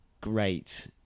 great